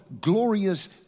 glorious